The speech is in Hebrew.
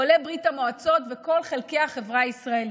עולי ברית המועצות וכל חלקי החברה הישראלית.